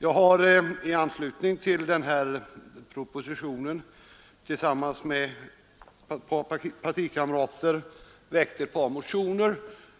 Jag har i anslutning till denna proposition tillsammans med ett par partikamrater väckt ett par motioner,